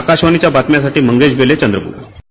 आकाशवाणीच्या बातम्यासाठी मंगेश बेले चंद्रप्र